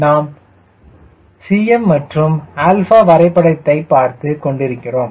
நாம் Cm மற்றும் α வரைபடத்தை பார்த்துக் கொண்டிருக்கிறோம்